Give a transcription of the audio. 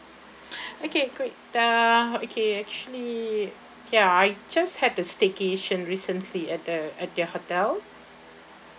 okay great err okay actually ya I just had a staycation recently at the at the hotel